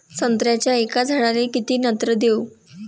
संत्र्याच्या एका झाडाले किती नत्र देऊ?